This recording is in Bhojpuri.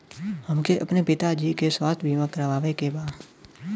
हमके अपने पिता जी के स्वास्थ्य बीमा करवावे के बा?